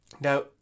Now